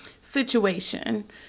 situation